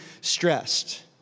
stressed